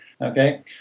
okay